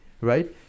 Right